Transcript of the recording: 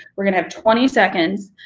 we're gonna have twenty seconds,